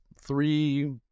three